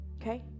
Okay